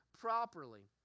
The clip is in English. properly